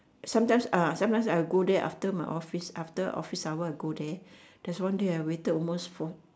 sometimes ah sometimes I'll go there after my office after office hour I go there there's one day I waited almost four